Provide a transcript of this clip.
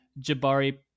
Jabari